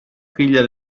figlia